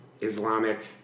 Islamic